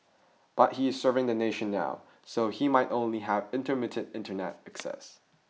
but he is serving the nation now so he might only have intermittent internet access